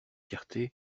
fierté